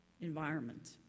environment